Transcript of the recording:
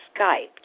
skyped